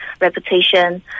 reputation